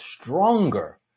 stronger